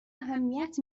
اهمیت